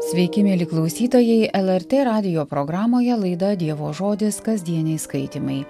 sveiki mieli klausytojai lrt radijo programoje laida dievo žodis kasdieniai skaitymai